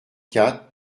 quatre